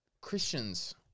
Christians